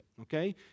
okay